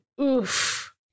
oof